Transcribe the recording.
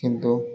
କିନ୍ତୁ